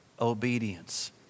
obedience